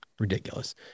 Ridiculous